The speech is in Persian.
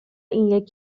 این